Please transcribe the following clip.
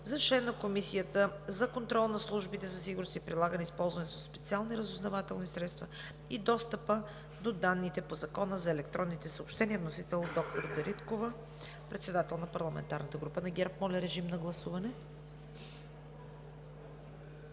за член на Комисията за контрол над службите за сигурност, прилагането и използването на специалните разузнавателни средства и достъпа до данните по Закона за електронните съобщения.“ Вносител е народният представител Даниела Дариткова, председател на парламентарната група на ГЕРБ. Моля, гласувайте.